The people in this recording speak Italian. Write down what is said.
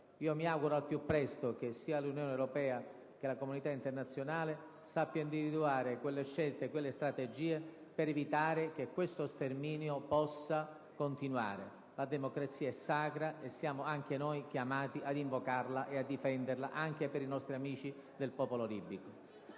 Mi auguro che, al più presto, sia l'Unione europea che la comunità internazionale sappiano individuare quelle scelte e quelle strategie per evitare che tale sterminio continui. La democrazia è sacra, e siamo anche noi chiamati ad invocarla e a difenderla, anche per i nostri amici del popolo libico.